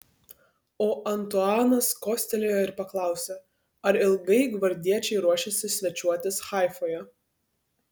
o antuanas kostelėjo ir paklausė ar ilgai gvardiečiai ruošiasi svečiuotis haifoje